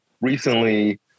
recently